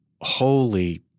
Holy –